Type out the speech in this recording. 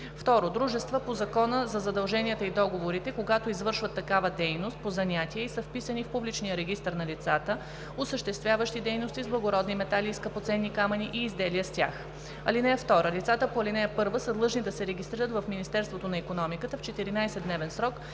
2. дружества по Закона за задълженията и договорите, когато извършват такава дейност по занятие и са вписани в публичния регистър на лицата, осъществяващи дейности с благородни метали и скъпоценни камъни и изделия с тях. (2) Лицата по ал. 1 са длъжни да се регистрират в Министерството на икономиката в 14-дневен срок